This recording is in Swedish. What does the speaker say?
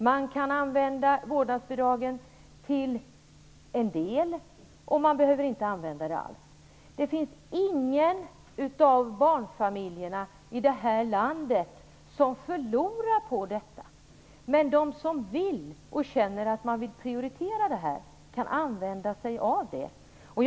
Man kan utnyttja vårdnadsbidraget till en del, och man behöver inte utnyttja det alls. Ingen barnfamilj i det här landet förlorar på vårdnadsbidraget. Men de som vill och känner att det vill prioritera det kan använda sig av vårdnadsbidraget.